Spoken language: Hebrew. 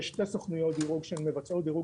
יש שתי סוכנויות דירוג שמבצעות דירוג